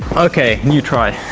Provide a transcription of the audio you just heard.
okay new try.